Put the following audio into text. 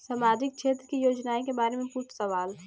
सामाजिक क्षेत्र की योजनाए के बारे में पूछ सवाल?